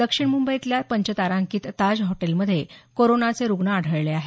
दक्षिण मुंबईतल्या पंचतारांकित ताज हॉटेलमध्ये कोरोनाचे रुग्ण आढळले आहेत